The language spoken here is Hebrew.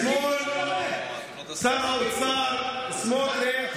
אתמול שר האוצר סמוטריץ'